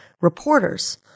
reporters